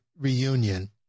reunion